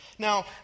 Now